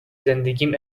زندگیم